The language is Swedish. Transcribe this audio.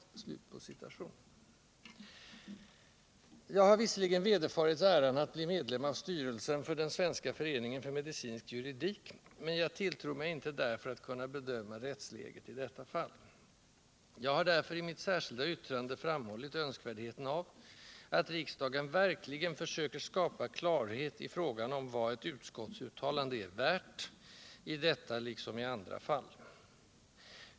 Jag har visserligen vederfarits äran att bli medlem av styrelsen för den svenska föreningen för medicinsk juridik, men jag tilltror mig inte därför att kunna bedöma rättsläget i detta fall. Jag har av den anledningen i mitt särskilda yttrande framhållit önskvärdheten av att riksdagen verkligen försöker skapa klarhet i frågan om vad ett utskottsuttalande är värt, i detta liksom i andra fall.